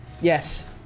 Yes